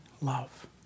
love